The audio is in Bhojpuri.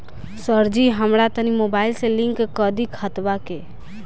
सरजी हमरा तनी मोबाइल से लिंक कदी खतबा के